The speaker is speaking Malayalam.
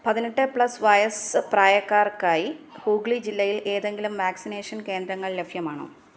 പതിനെട്ട് പ്ലസ് വയസ്സ് പ്രായക്കാർക്കായി ഹൂഗ്ലി ജില്ലയിൽ ഏതെങ്കിലും വാക്സിനേഷൻ കേന്ദ്രങ്ങൾ ലഭ്യമാണോ